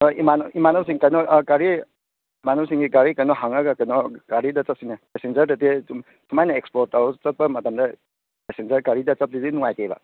ꯑꯥ ꯏꯃꯥꯟꯅꯕꯁꯤꯡ ꯀꯩꯅꯣ ꯑꯥ ꯒꯥꯔꯤ ꯏꯃꯥꯟꯅꯕꯁꯤꯡꯒꯤ ꯒꯥꯔꯤ ꯀꯩꯅꯣ ꯍꯪꯉꯒ ꯀꯩꯅꯣ ꯒꯥꯔꯤꯗ ꯆꯠꯁꯤꯅꯦ ꯄꯦꯁꯦꯟꯖꯔꯗꯗꯤ ꯁꯨꯃꯥꯏꯅ ꯑꯦꯁꯄ꯭ꯂꯣꯔ ꯇꯧꯔꯒ ꯆꯠꯄ ꯃꯇꯝꯗ ꯄꯦꯁꯦꯟꯖꯔ ꯒꯥꯔꯤꯗ ꯆꯠꯄꯁꯤꯗꯤ ꯅꯨꯡꯉꯥꯏꯇꯦꯕ